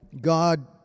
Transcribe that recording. God